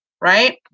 right